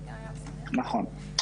נכון.